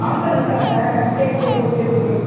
offer இருக்கா sir சரி சரி ஓகே ஓகே